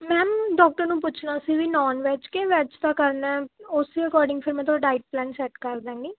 ma'am doctor ਨੂੰ ਪੁੱਛਣਾ ਸੀ ਵੀ non veg ਕੇ veg ਤਾਂ ਕਰਨਾ ਉਸੇ ਅਕੋਰਡਿੰਗ ਫਿਰ ਮੈਂ ਤੁਹਾਡਾ ਡਾਇਟ ਪਲਾਨ ਸੈਟ ਕਰ ਦਾਂਗੀ